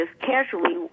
casually